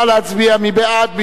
נא להצביע, מי בעד?